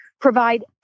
provide